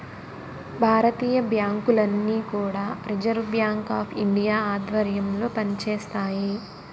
భారతీయ బ్యాంకులన్నీ కూడా reserve bank of India ఆధ్వర్యంలో పనిచేస్తాయి